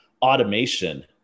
automation